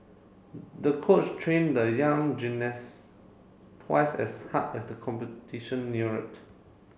the coach trained the young gymnast twice as hard as the competition neared